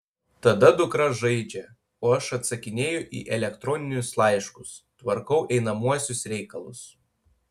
tada dukra žaidžia o aš atsakinėju į elektroninius laiškus tvarkau einamuosius reikalus